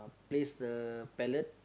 place the palette